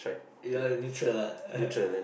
ya neutral lah